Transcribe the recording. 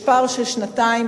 יש פער של שנתיים.